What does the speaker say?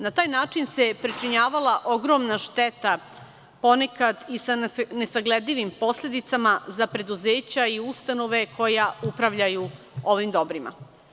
Na taj način se pričinjavala ogromna šteta, ponekad i sa nesagledivim posledicama za preduzeća i ustanove koje upravljaju ovim dobrima.